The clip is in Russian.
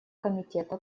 комитета